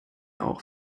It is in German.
auch